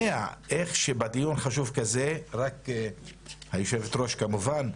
איך בדיון חשוב כזה רק היושבת-ראש כמובן,